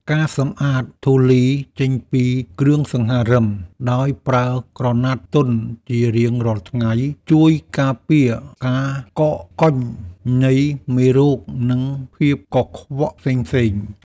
ការសម្អាតធូលីចេញពីគ្រឿងសង្ហារឹមដោយប្រើក្រណាត់ទន់ជារៀងរាល់ថ្ងៃ ជួយការពារការកកកុញនៃមេរោគ និងភាពកខ្វក់ផ្សេងៗ។